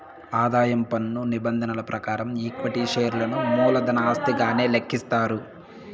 ఆదాయం పన్ను నిబంధనల ప్రకారం ఈక్విటీ షేర్లను మూలధన ఆస్తిగానే లెక్కిస్తారు